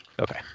Okay